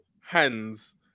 hands